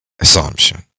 assumption